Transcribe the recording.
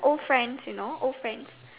old friends you know old friends